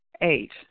Eight